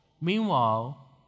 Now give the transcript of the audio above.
Meanwhile